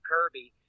Kirby